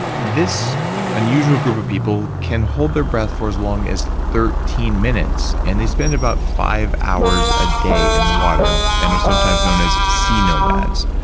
this unusual group of people can hold their breath for as long thirteen minutes, and they spend about five hours a day in the water. and they're sometimes known as sea nomads.